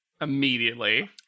Immediately